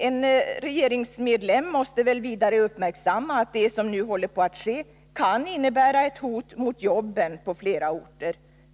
En regeringsmedlem måste väl vidare uppmärksamma att det som nu håller på att ske kan innebära ett hot mot jobben på flera orter.